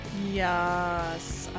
Yes